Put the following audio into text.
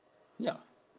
ya